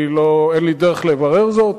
אין לי דרך לברר זאת.